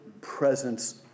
presence